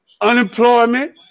unemployment